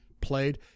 played